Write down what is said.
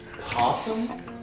Possum